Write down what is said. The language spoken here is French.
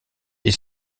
est